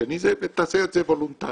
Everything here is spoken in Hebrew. והשני זה, ותעשה את זה וולונטרית.